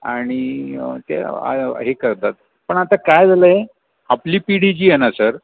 आणि ते आहे हे करतात पण आता काय झालं आहे आपली पिढी जी आहे ना सर